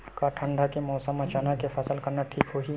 का ठंडा के मौसम म चना के फसल करना ठीक होही?